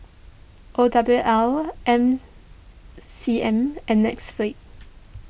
O W L M C M and Netflix